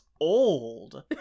old